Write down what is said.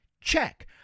check